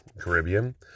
Caribbean